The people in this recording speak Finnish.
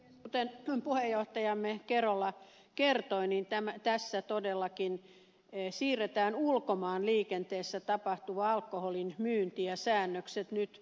kuten puheenjohtajamme kerola kertoi niin tässä todellakin siirretään ulkomaanliikenteessä tapahtuvaa alkoholin myyntiä koskevat säännökset nyt asetustasolta lakiin